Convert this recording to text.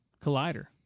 collider